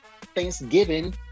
Thanksgiving